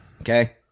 Okay